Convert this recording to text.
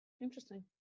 Interesting